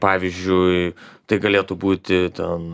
pavyzdžiui tai galėtų būti ten